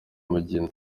mugina